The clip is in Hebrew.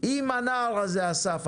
עם הנער הזה, אסף.